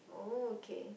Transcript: oh okay